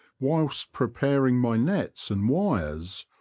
whilst preparing my nets and wires,